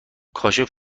کاشف